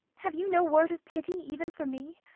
have you no word of pity even for me?